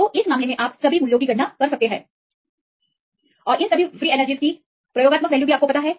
तो इस मामले में आप सभी मूल्यों की गणना कर सकते हैं130000 इन सभी फ्री एनर्जी वैल्यूजऔर प्रयोगात्मक वैल्यू को भी हम जानते हैं